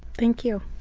thank you.